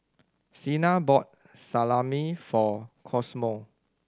Cena bought Salami for Cosmo